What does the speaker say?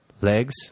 Legs